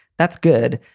that's good.